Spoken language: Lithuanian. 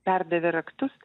perdavė raktus